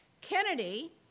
Kennedy